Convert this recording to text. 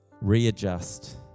readjust